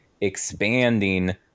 expanding